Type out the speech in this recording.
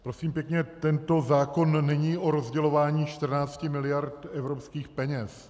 Prosím pěkně, tento zákon není o rozdělování 14 mld. evropských peněz.